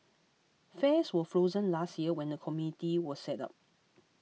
fares were frozen last year when the committee was set up